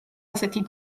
ასეთი